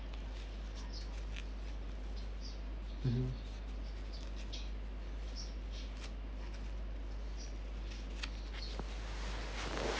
mmhmm